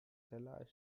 cellar